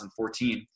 2014